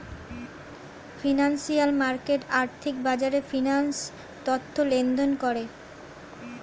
financial market বা আর্থিক বাজারে ফিন্যান্স তথ্য লেনদেন করে